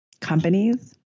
companies